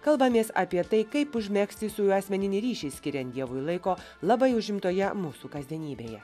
kalbamės apie tai kaip užmegzti su juo asmeninį ryšį skiriant dievui laiko labai užimtoje mūsų kasdienybėje